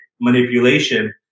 manipulation